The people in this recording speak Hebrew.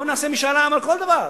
בוא נעשה משאל עם על כל דבר.